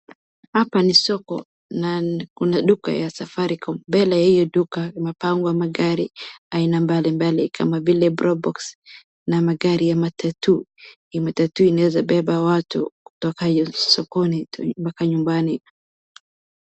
Hapa ni soko na kuna duka ya Safaricom. Mbele ya hio duka imepangwa magari aina mbalimbali kama vile Probox, na magari ya Matatu. Hii matatu inaweza beba watu kutoka hio sokoni mpaka nyumbani.